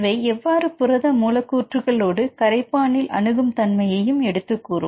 இவை எவ்வாறு புரத மூலக்கூற்றுகளோடு கரைப்பானில் அணுகும் தன்மையையும் எடுத்துக்கூறும்